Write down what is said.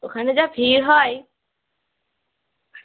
ওখানে যা ভিড় হয়